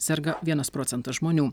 serga vienas procentas žmonių